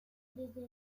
desde